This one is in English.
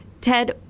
Ted